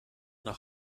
nach